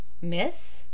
Miss